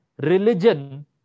religion